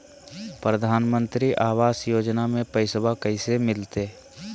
प्रधानमंत्री आवास योजना में पैसबा कैसे मिलते?